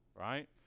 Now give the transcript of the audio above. right